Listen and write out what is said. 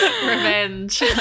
revenge